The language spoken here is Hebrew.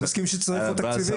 אני מסכים שצריך עוד תקציבים.